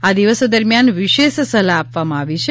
આ દિવસો દરમિયાન વિશેષ સલાહ આપવામાં આવી છે